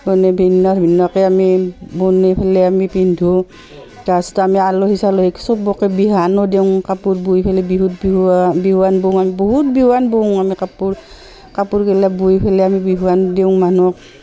মানে ভিন্ন ভিন্নকৈ আমি বনাই পেলাই আমি পিন্ধোঁ তাৰপাছত আমি আলহী চালহীক চবকে বিহুৱানো দিওঁ কাপোৰ বই পেলাই বিহুত বিহুৱান বিহুৱান বওঁ আমি বহুত বিহুৱান বওঁ আমি কাপোৰ কাপোৰগিলা বই পেলাই আমি বিহুৱান দিওঁ মানুহক